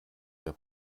der